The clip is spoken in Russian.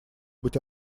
быть